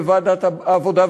ועדת העבודה,